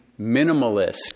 minimalist